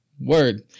Word